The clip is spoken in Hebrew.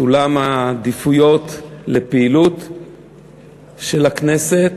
סולם העדיפויות לפעילות של הכנסת